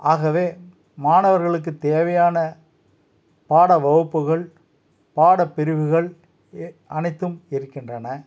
ஆகவே மாணவர்களுக்கு தேவையான பாட வகுப்புகள் பாட பிரிவுகள் ஏ அனைத்தும் இருக்கின்றன